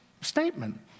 statement